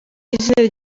izina